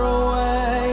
away